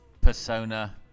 persona